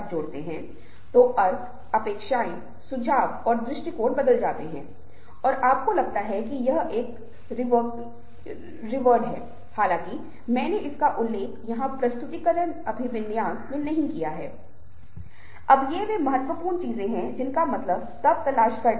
हमने अभी जिन क्षेत्रों पर ध्यान केंद्रित किया है उन क्षेत्रों में से एक जिसका मैंने स्लाइड पर उल्लेख नहीं किया है जो किसी भी तरह से अपने भाषण के क्षेत्र से संबंधित है वह है परलिंगुइस्टिक डायमेंशन क्योंकि भाषण पाठ का गठन करता है